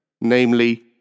namely